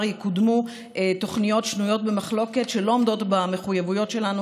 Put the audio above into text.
יקודמו תוכניות שנויות במחלוקת שלא עומדות במחויבויות שלנו